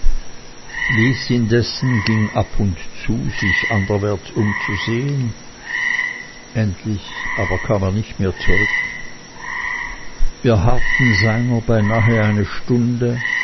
lys indessen ging ab und zu sich anderwärts umzusehen endlich aber kam er nicht mehr zurück wir harrten seiner beinah eine stunde